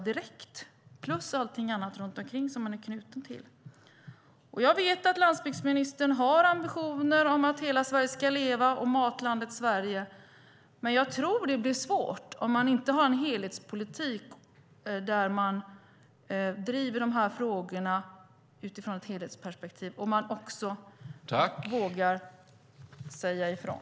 Till det kommer allt sådant som de är knutna till. Jag vet att landsbygdsministern har ambitionen att hela Sverige ska leva - bland annat genom satsningen Matlandet Sverige - men jag tror att det blir svårt om man inte har en politik som innebär att dessa frågor drivs utifrån ett helhetsperspektiv. Man måste också våga säga ifrån.